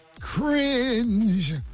cringe